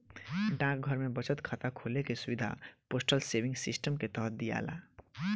डाकघर में बचत खाता खोले के सुविधा पोस्टल सेविंग सिस्टम के तहत दियाला